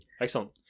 excellent